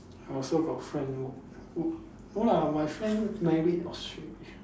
I also got friend who who no lah my friend married Australia